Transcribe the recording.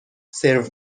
سرو